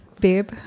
Babe